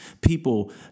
people